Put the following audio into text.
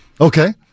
Okay